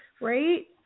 right